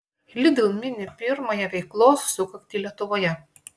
lidl mini pirmąją veiklos sukaktį lietuvoje